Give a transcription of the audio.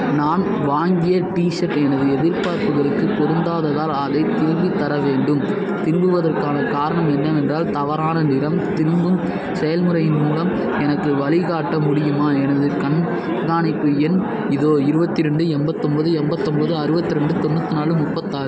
நான் வாங்கிய டிஷர்ட் எனது எதிர்பார்ப்புகளுக்குப் பொருந்தாததால் அதைத் திரும்பித் தர வேண்டும் திரும்புவதற்கான காரணம் என்னவென்றால் தவறான நிறம் திரும்பும் செயல்முறையின் மூலம் எனக்கு வழிகாட்ட முடியுமா எனது கண்காணிப்பு எண் இதோ இருபத்தி ரெண்டு எம்பத்தொம்பது எம்பத்தொம்பது அறுபத்தி ரெண்டு தொண்ணூற்றி நாலு முப்பத்தாறு